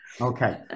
okay